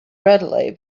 readily